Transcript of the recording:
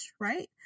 Right